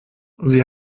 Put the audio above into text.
sie